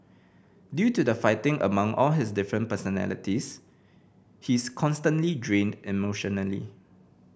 due to the fighting among all his different personalities he's constantly drained emotionally